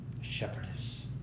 Shepherdess